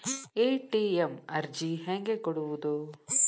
ATM ಅರ್ಜಿ ಹೆಂಗೆ ಕೊಡುವುದು?